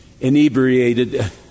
inebriated